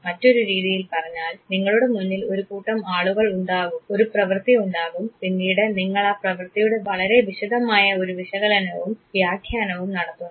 മറ്റൊരു രീതിയിൽ പറഞ്ഞാൽ നിങ്ങളുടെ മുന്നിൽ ഒരു കൂട്ടം ആളുകൾ ഉണ്ടാകും ഒരു പ്രവൃത്തി ഉണ്ടാകും പിന്നീട് നിങ്ങൾ ആ പ്രവൃത്തിയുടെ വളരെ വിശദമായ ഒരു വിശകലനവും വ്യാഖ്യാനവും നടത്തുന്നു